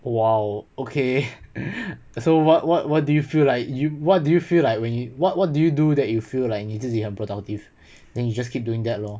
!wow! okay so what what what do you feel like you what do you feel like when what what what did you do that you feel like 你自己很 productive then you just keep doing that lor